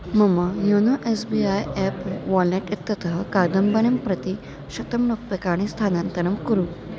मम YONO S B I app wallet इत्यतः कादम्बरिं प्रति शतं रूप्यकाणि स्थानान्तरं कुरु